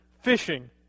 fishing